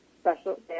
special –